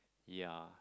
ya